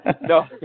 no